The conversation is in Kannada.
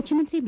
ಮುಖ್ಯಮಂತ್ರಿ ಬಿ